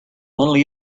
only